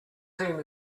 team